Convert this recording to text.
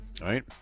right